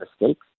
mistakes